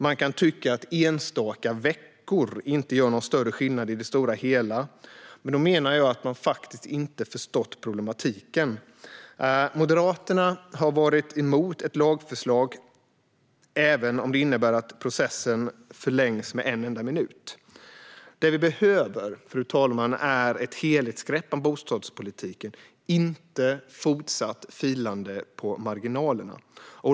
Man kan tycka att enstaka veckor inte gör någon större skillnad i det stora hela, men då menar jag att man inte riktigt har förstått problematiken. Moderaterna hade varit emot ett lagförslag även om det innebar att processen skulle förlängas med en enda minut. Det som behövs är ett helhetsgrepp om bostadspolitiken, inte ett fortsatt filande på marginalerna.